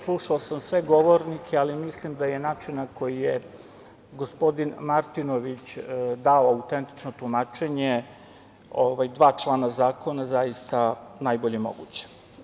Slušao sam sve govornike, ali mislim da je način na koji je gospodin Martinović dao autentično tumačenje dva člana zakona zaista najbolje moguće.